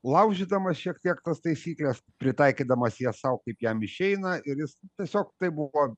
laužydamas šiek tiek tas taisykles pritaikydamas jas sau kaip jam išeina ir jis tiesiog taip buvo